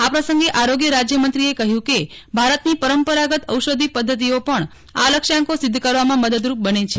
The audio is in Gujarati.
આ પ્રસંગે આરોગ્ય રાજ્યમંત્રી કહ્યું કેભારતની પરંપરાગત ઔષધી પદ્ધતિઓ પણ આ લક્ષયાંકો સિદ્ધ કરવામાં મદદરૂપ બને છે